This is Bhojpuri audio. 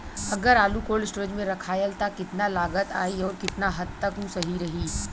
अगर आलू कोल्ड स्टोरेज में रखायल त कितना लागत आई अउर कितना हद तक उ सही रही?